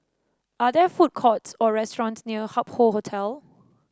are there food courts or restaurants near Hup Hoe Hotel